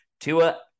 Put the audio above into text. Tua